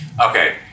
Okay